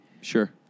Sure